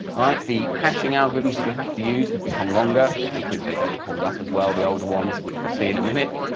right, the hashing algorithms you have to use have become longer. because they don't hold up as well, the older ones. which we'll see in a minute,